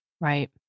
right